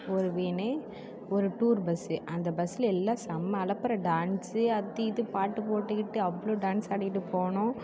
ஒரு வேன்னு ஒரு டூர் பஸ்ஸு அந்த பஸ்ஸில் எல்லாம் செம்ம அலப்பறை டான்ஸு அது இது பாட்டு போட்டுக்கிட்டு அவ்வளோ டான்ஸ் ஆடிக்கிட்டு போனோம்